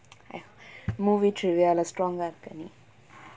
!aiyo! movie trivia lah strong ah இருக்குனு:irukkunu